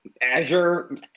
Azure